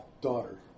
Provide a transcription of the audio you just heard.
daughter